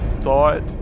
thought